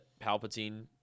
Palpatine